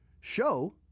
Show